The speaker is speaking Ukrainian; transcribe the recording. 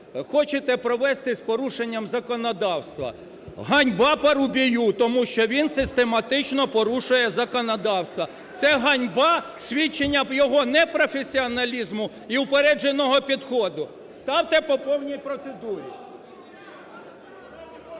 хочете провести з порушенням законодавства. Ганьба Парубію, тому що він систематично порушує законодавство. Це ганьба, свідчення його непрофесіоналізму і упередженого підходу. Ставте по повній процедурі.